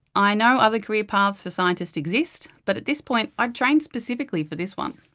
i know other career paths for scientists exist, but at this point, i'd trained specifically for this one.